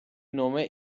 nome